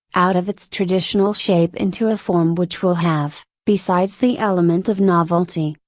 out of its traditional shape into a form which will have, besides the element of novelty,